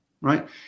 right